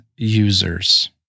Users